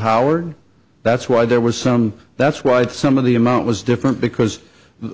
howard that's why there was some that's why some of the amount was different because